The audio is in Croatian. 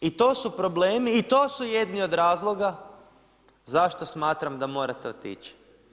I to su problemi i to su jedni od razloga zašto smatram da morate otići.